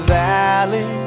valley